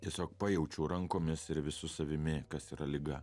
tiesiog pajaučiau rankomis ir visu savimi kas yra liga